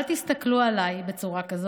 אל תסתכלו עליי בצורה כזאת,